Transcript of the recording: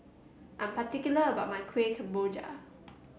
I'm particular about my Kuih Kemboja